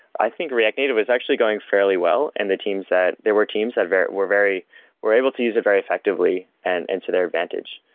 i think react native was actually going fairly well and the teams that there were teams that were very were able to use it very effectively and and to their advantage.